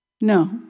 No